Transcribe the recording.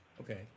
Okay